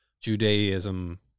Judaism